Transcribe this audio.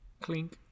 Clink